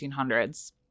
1800s